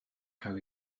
cael